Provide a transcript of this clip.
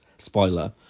Spoiler